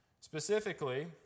Specifically